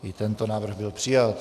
I tento návrh byl přijat.